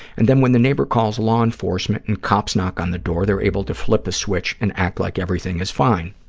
and then when the neighbor calls law enforcement and cops knock on the door, they're able to flip a switch and act like everything is fine.